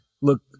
Look